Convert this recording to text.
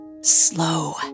Slow